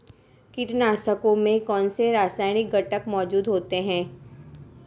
कीटनाशकों में कौनसे रासायनिक घटक मौजूद होते हैं?